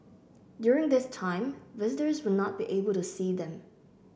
during this time visitors will not be able to see them